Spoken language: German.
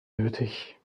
nötig